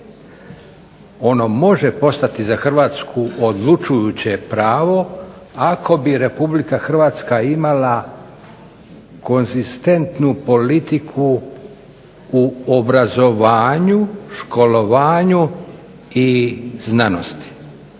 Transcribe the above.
Ono može postati za Hrvatsku odlučujuće pravo ako bi RH imala konzistentnu politiku u obrazovanju, školovanju i znanosti.